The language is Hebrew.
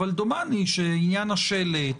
אבל דומני שעניין השלט,